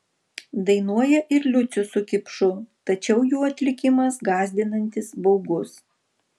dainuoja ir liucius su kipšu tačiau jų atlikimas gąsdinantis baugus